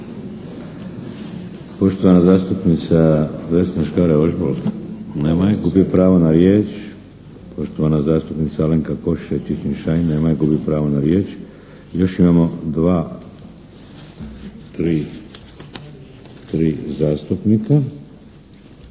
Poštovana zastupnica Vesna Škare Ožbolt. Nema je. Gubi pravo na riječ. Poštovana zastupnica Alenka Košiša Čičin-Šain. Nema je. Gubi pravo na riječ. Još imamo dva, tri zastupnika